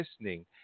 listening